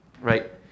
right